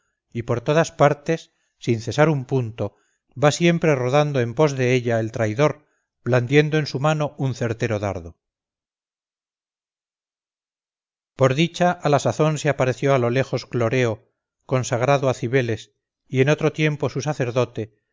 y por todas partes sin césar un punto va siempre rodando en pos de ella el traidor blandiendo en su mano un certero dardo por dicha a la sazón se apareció a lo lejos cloreo consagrado a cibeles y en otro tiempo su sacerdote